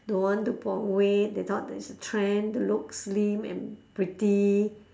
don't want to put on weight they thought that it's a trend to look slim and pretty